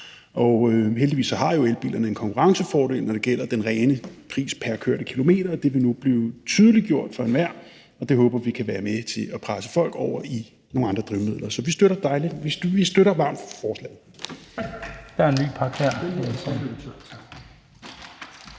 Heldigvis har elbilerne jo en konkurrencefordel, når det gælder den rene pris pr. kørte kilometer, og det vil nu blive tydeliggjort for enhver, og det håber vi kan være med til at presse folk over i nogle andre drivmidler. Så vi støtter varmt forslaget.